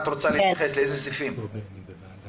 לאיזה סעיפים את רוצה להתייחס?